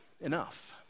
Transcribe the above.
enough